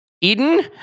Eden